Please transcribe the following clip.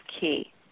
key